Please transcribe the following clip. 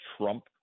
Trump